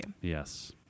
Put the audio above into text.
Yes